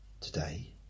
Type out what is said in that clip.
today